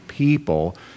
People